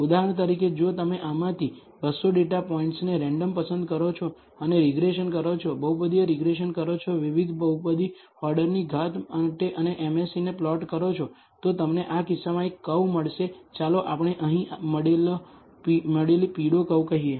ઉદાહરણ તરીકે જો તમે આમાંથી 200 ડેટા પોઇન્ટ્સને રેન્ડમ પસંદ કરો છો અને રીગ્રેસન કરો છો બહુપદીય રીગ્રેસન કરો છો વિવિધ બહુપદી ઓર્ડરની ઘાત માટે અને MSEને પ્લોટ કરો છો તો તમને આ કિસ્સામાં એક કર્વ મળશે ચાલો આપણે અહીં મળેલી પીળો કર્વ કહીએ